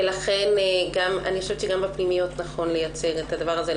ואני חושבת שגם בפנימיות נכון לייצר את הדבר הזה,